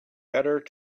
better